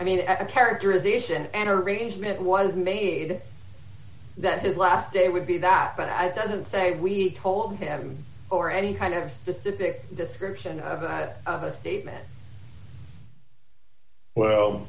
i mean a characterization an arrangement was made that his last day would be that but i didn't say we told him or any kind of specific description of that statement well